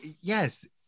yes